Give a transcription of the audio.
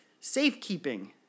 safekeeping